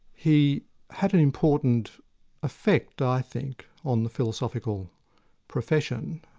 he had an important effect, i think, on the philosophical profession.